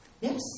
Yes